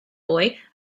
boy